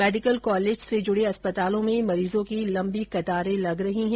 medical college से सम्बद्ध अस्पतालों में मरीजों की लम्बी कतारें लग रही है